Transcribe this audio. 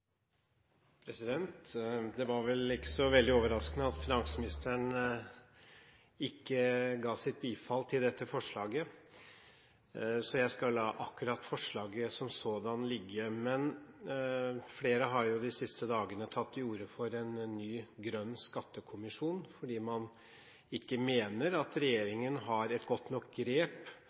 Det var vel ikke så veldig overraskende at finansministeren ikke ga sitt bifall til dette forslaget, så jeg skal la forslaget som sådan ligge. Flere har de siste dagene tatt til orde for en ny grønn skattekommisjon fordi man mener at regjeringen ikke har et godt nok grep